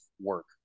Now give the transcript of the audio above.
work